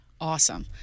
Awesome